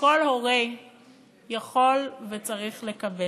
שכל הורה יכול וצריך לקבל.